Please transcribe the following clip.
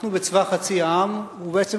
אנחנו בצבא חצי העם, ובעצם